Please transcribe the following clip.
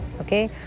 Okay